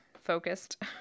Focused